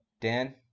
Dan